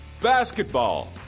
Basketball